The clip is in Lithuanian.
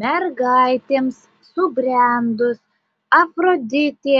mergaitėms subrendus afroditė